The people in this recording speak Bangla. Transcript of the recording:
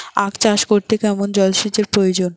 আখ চাষ করতে কেমন জলসেচের প্রয়োজন?